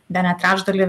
bene trečdalį